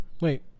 Wait